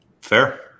Fair